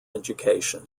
education